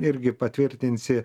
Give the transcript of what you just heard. irgi patvirtinsi